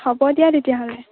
হ'ব দিয়া তেতিয়াহ'লে